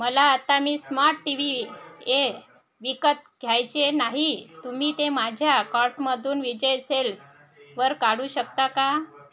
मला आत्ता मी स्मार्ट टी व्ही ए विकत घ्यायचे नाही तुम्ही ते माझ्या कार्टमधून विजय सेल्सवर काढू शकता का